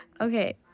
Okay